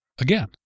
again